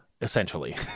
Essentially